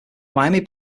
miami